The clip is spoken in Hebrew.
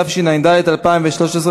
התשע"ד 2013,